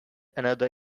another